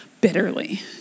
bitterly